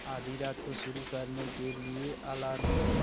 आधी रात को शुरू करने के लिए अलार्म ब